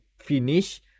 Finish